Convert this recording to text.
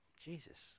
Jesus